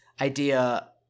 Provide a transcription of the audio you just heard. idea